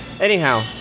Anyhow